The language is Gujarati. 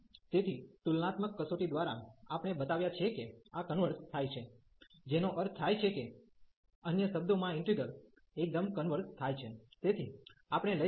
અને તેથી તુલનાત્મક કસોટી દ્વારા આપણે બતાવ્યા છે કે આ કન્વર્ઝ થાય છે જેનો અર્થ થાય છે કે અન્ય શબ્દોમાં ઈન્ટિગ્રલ એકદમ કન્વર્ઝ થાય છે